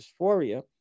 dysphoria